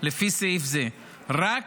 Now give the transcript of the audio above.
לפי סעיף זה רק